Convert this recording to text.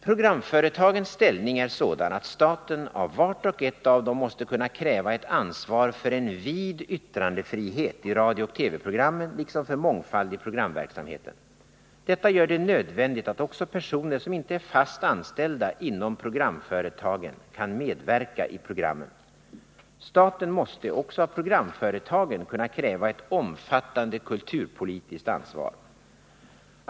Programföretagens ställning är sådan att staten av vart och ett av dem måste kunna kräva ett ansvar för en vid yttrandefrihet i radiooch TV-programmen liksom för mångfald i programverksamheten. Detta gör det nödvändigt att också personer som inte är fast anställda inom programföre tagen kan medverka i programmen. Staten måste också av programföretagen kunna kräva ett omfattande kulturpolitiskt ansvar.